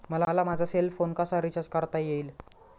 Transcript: मला माझा cell phone कसा रिचार्ज करता येईल?